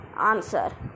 Answer